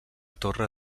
torre